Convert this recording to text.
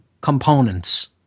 components